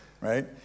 right